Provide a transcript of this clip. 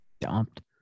dumped